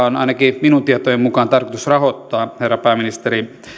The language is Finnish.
on ainakin minun tietojeni mukaan tarkoitus rahoittaa herra pääministeri